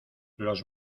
los